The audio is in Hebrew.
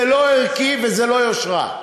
זה לא ערכי וזה לא יושרה.